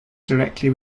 directly